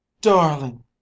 Darling